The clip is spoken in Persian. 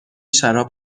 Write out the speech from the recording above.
شراب